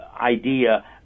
idea